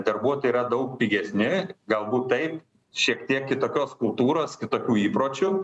darbuotojai yra daug pigesni galbūt taip šiek tiek kitokios kultūros kitokių įpročių